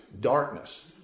darkness